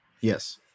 Yes